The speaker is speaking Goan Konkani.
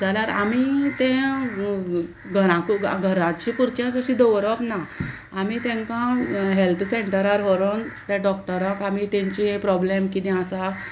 जाल्यार आमी तें घराकू घराची पुरतेंच अशी दवरप ना आमी तेंकां हेल्थ सेंटरार व्हरोन त्या डॉक्टराक आमी तेंचे प्रोब्लेम कितें आसा